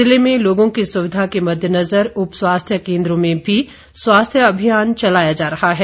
ज़िले में लोगों की सुविधा के मद्देनजर उपस्वास्थ्य केंद्रों में भी स्वास्थ्य अभियान चलाया जा रहा है